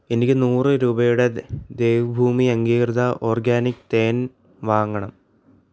എനിക്ക് നൂറ് രൂപയുടെ ദേവ്ഭൂമി അങ്ങീകൃത ഓർഗാനിക് തേൻ വാങ്ങണം